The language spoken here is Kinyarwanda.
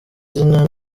izina